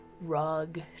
rug